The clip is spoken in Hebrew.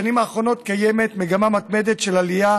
בשנים האחרונות קיימת מגמה מתמדת של עלייה